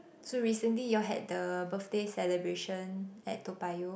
so recently you all had the birthday celebration at Toa-Payoh